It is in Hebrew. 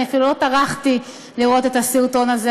אני אפילו לא טרחתי לראות את הסרטון הזה,